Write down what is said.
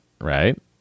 right